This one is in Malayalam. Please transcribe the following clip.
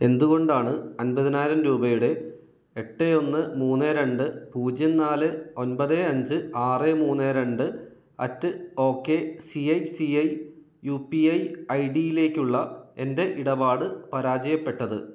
എന്തുകൊണ്ടാണ് അൻപതിനായിരം രൂപയുടെ എട്ട് ഒന്ന് മൂന്ന് രണ്ട് പൂജ്യം നാല് ഒൻപത് അഞ്ച് ആറ് മൂന്ന് രണ്ട് at O K C I C I U P I I ഡിയിലേക്കുള്ള എൻ്റെ ഇടപാട് പരാജയപ്പെട്ടത്